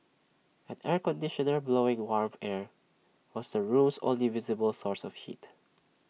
an air conditioner blowing warm air was the room's only visible source of heat